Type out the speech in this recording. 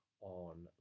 on